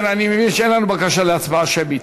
אם כן, אני מבין שאין לנו בקשה להצבעה שמית.